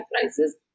prices